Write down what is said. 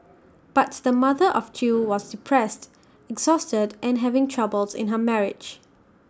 but the mother of two was depressed exhausted and having troubles in her marriage